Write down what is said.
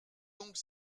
donc